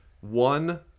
one